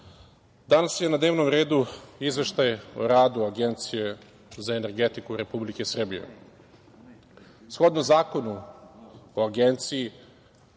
danas je na dnevnom radu Izveštaj o radu Agencije za energetiku Republike Srbije. Shodno